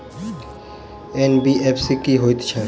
NBFC की हएत छै?